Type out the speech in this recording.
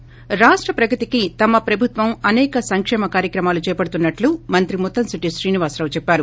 ి రాష్ట ప్రగతికి తమ ప్రభుత్వం అసేక సంక్షేమ కార్యక్రమాలు చేపడుతున్నట్లు మంత్రి ముత్తంశెట్టి శ్రీనివాసరావు చెప్పారు